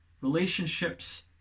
Relationships